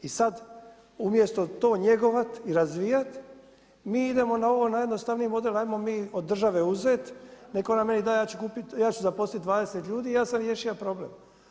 I sad umjesto to njegovati i razvijati mi idemo na ovaj jednostavniji model ajmo mi od države uzeti, neka on meni da a ja ću zaposliti 20 ljudi i ja sam riješio problem.